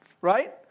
Right